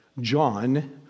John